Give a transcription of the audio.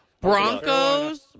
Broncos